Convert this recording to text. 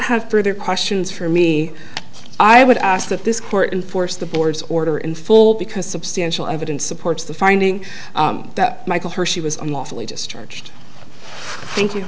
have further questions for me i would ask that this court enforce the board's order in full because substantial evidence supports the finding that michael her she was unlawfully discharged thank you